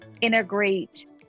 integrate